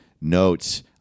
notes